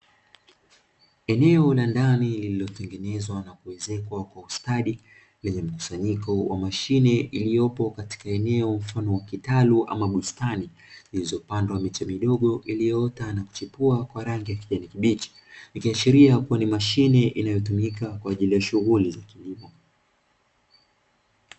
Eneo la ndani lililotengenezwa na kuezekwa kwa ustadi lenye mkusanyiko wa mashine iliyopo katika eneo mfano wa kitalu ama bustani zilizopandwa miche midogo iliyoota na kuchipua kwa rangi ya kijani kibichi, ikiashiria kuwa ni mashine inayotumika kwa ajili ya shughuli za kilimo.